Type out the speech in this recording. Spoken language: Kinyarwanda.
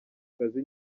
kazi